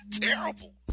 Terrible